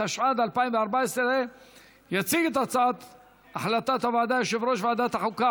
התשע"ד 2014. יציג את החלטת הוועדה יושב-ראש ועדת החוקה,